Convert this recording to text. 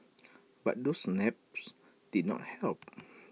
but those naps did not help